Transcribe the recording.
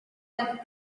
them